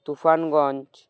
Tufanganj